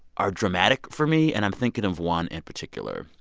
are dramatic for me, and i'm thinking of one in particular.